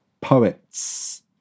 poets